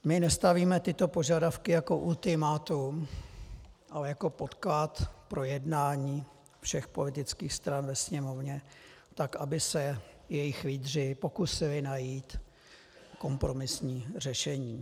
My nestavíme tyto požadavky jako ultimátum, ale jako podklad pro jednání všech politických stran ve Sněmovně, tak aby se jejich lídři pokusili najít kompromisní řešení.